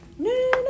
No